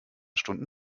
stunden